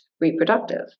reproductive